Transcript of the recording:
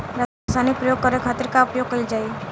रसायनिक प्रयोग करे खातिर का उपयोग कईल जाइ?